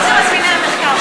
מי אלה מזמיני המחקר,